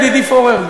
ידידי פורר,